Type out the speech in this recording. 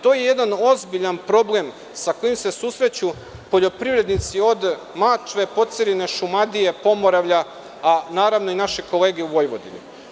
To je jedan ozbiljan problem sa kojim se susreću poljoprivrednici od Mačve, Pocerine, Šumadije, Pomoravlja, a naravno i naše kolege u Vojvodini.